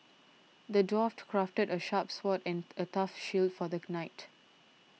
the dwarf crafted a sharp sword and a tough shield for the knight